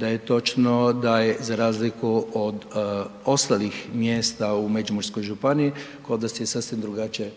da je točno da je za razliku od ostalih mjesta u Međimurskoj županiji, kod vas je sasvim drugačija